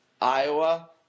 Iowa